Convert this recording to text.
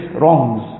wrongs